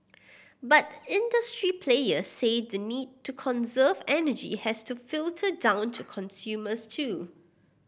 but industry players say the need to conserve energy has to filter down to consumers too